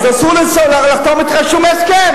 אז אסור לחתום אתך על שום הסכם.